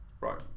Right